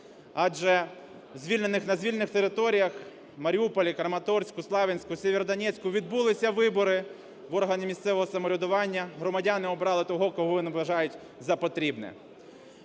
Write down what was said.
адже на звільнених територіях – Маріуполі, Краматорську, Слов'янську, Сєвєродонецьку – відбулися вибори в органи місцевого самоврядування, громадяни обрали того, кого вони вважають за потрібне.